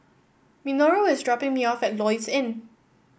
Minoru is dropping me off at Lloyds Inn